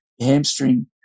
hamstring